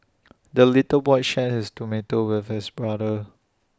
the little boy shared his tomato with his brother